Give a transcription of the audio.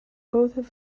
both